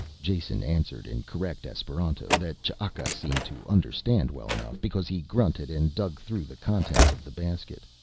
jason answered in correct esperanto that ch'aka seemed to understand well enough, because he grunted and dug through the contents of the basket.